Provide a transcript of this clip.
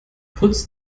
putz